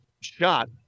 shot